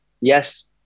Yes